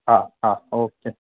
હા હા ઓકે